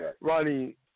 Ronnie